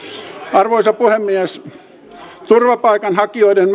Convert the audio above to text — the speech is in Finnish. arvoisa puhemies turvapaikanhakijoiden